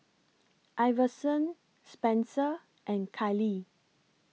Iverson Spenser and Kailee